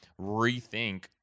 rethink